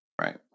Right